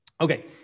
Okay